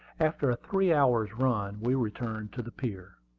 after a three-hours' run we returned to the pier.